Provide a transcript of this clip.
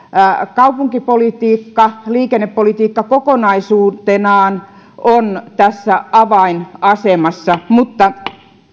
kaupunkipolitiikka liikennepolitiikka kokonaisuutenaan on tässä avainasemassa mutta